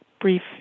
brief